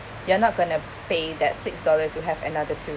you're not going to pay that six dollars to have another two